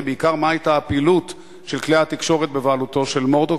ובעיקר מה היתה הפעילות של כלי התקשורת בבעלותו של מרדוק,